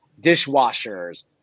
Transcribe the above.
dishwashers